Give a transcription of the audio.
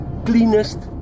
cleanest